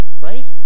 Right